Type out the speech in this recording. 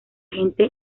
gente